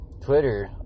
Twitter